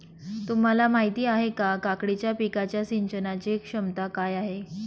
तुम्हाला माहिती आहे का, काकडीच्या पिकाच्या सिंचनाचे क्षमता काय आहे?